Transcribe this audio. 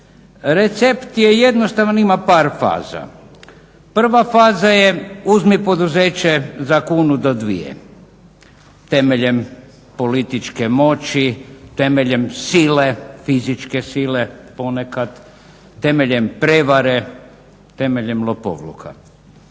Recept je jednostavan, ima par faza. Prva faza je uzmi poduzeće za kunu do dvije temeljem političke moći, temeljem sile, fizičke sile ponekad temeljem prevare, temeljem lopovluka.